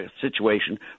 situation